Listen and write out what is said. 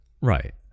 Right